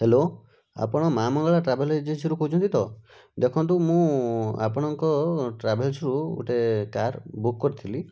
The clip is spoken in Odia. ହ୍ୟାଲୋ ଆପଣ ମାଆ ମଙ୍ଗଳା ଟ୍ରାଭେଲ୍ ଏଜେନ୍ସି କହୁଛନ୍ତି ତ ଦେଖନ୍ତୁ ମୁଁ ଆପଣଙ୍କ ଟ୍ରାଭେଲସ୍ରୁ ଗୋଟେ କାର୍ ବୁକ୍ କରିଥିଲି